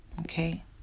Okay